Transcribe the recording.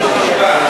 בישיבה.